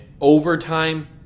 overtime